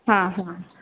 हां हां